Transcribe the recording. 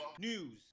News